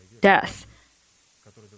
death